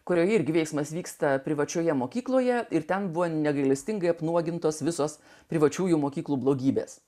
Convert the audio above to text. kurio irgi veiksmas vyksta privačioje mokykloje ir ten buvo negailestingai apnuogintos visos privačiųjų mokyklų blogybės